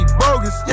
bogus